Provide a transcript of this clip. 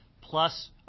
plus